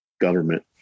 government